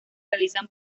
realizan